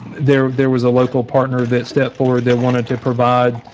there there was a local partner that stepped forward they wanted to provide